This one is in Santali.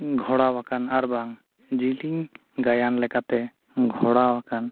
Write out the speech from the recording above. ᱜᱷᱚᱬᱟᱣᱟᱠᱟᱱ ᱟᱨᱵᱟᱝ ᱡᱤᱞᱤᱝ ᱜᱟᱭᱟᱱ ᱞᱮᱠᱟᱛᱮ ᱜᱷᱚᱬᱟᱣᱟᱠᱟᱱ